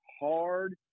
hard